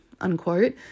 unquote